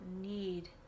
need